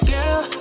Girl